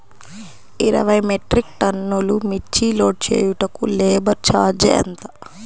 ఇరవై మెట్రిక్ టన్నులు మిర్చి లోడ్ చేయుటకు లేబర్ ఛార్జ్ ఎంత?